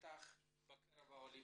מתח בקרב העולים.